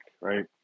right